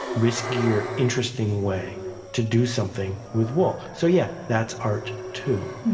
risky or interesting way to do something with wool. so yeah, that's art too.